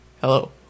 Hello